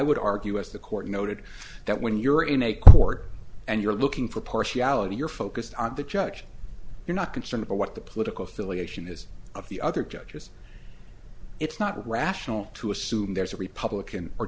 would argue as the court noted that when you're in a court and you're looking for partiality you're focused on the judge you're not concerned about what the political affiliation is of the other judges it's not rational to assume there's a republican or